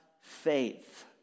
faith